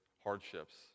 hardships